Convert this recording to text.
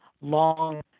long